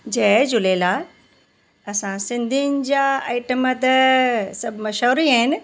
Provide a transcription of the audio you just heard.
जय झूलेलाल असां सिंधियुनि जा आइटम त सभु मशहूरु ई आहिनि